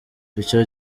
icyo